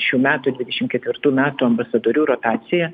šių metų dvidešim ketvirtų metų ambasadorių rotaciją